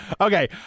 Okay